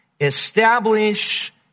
Establish